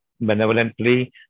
benevolently